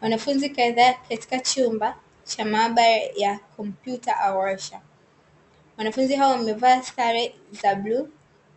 Wanafunzi kadhaa katika chumba cha maabara ya kompyuta awarsha, wanafunzi hao wamevaa sare za bluu